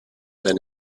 than